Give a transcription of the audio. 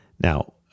Now